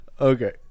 Okay